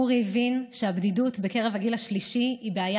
אורי הבין שהבדידות בקרב הגיל השלישי היא בעיה